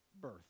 birth